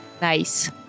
Nice